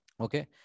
okay